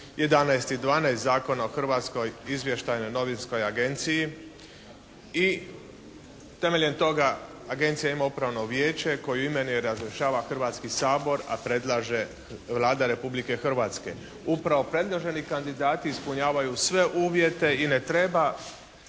11. i 12. Zakona o Hrvatskoj izvještajnoj novinskoj agenciji i temeljem toga Agencija ima upravno vijeće koje imenuje i razriješava Hrvatski sabor a predlaže Vlada Republike Hrvatske. Upravo predloženi kandidati ispunjavaju sve uvjete i ne treba